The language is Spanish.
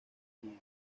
unido